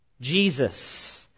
Jesus